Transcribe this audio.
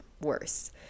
worse